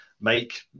make